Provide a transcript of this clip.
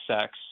sex